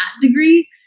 degree